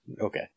okay